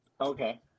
Okay